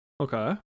Okay